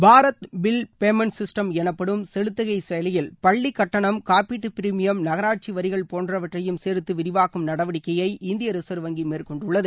Bharat bill payment system எனப்படும் செலுத்துகை செயலியில் பள்ளி கட்டணம் காப்பீட்டு பிரிமியம் நகராட்சி வரிகள் போன்றவற்றையும் சேர்த்து விரிவாக்கும் நடவடிக்கையை இந்திய ரிசர்வ் வங்கி மேற்கொண்டுள்ளது